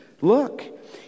look